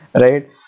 Right